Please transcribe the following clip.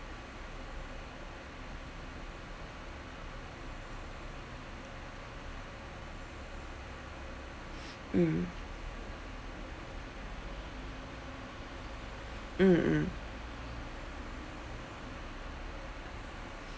mm mm mm